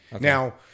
Now